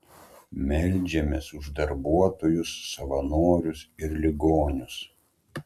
meldžiamės už darbuotojus savanorius ir ligonius